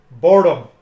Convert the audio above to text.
boredom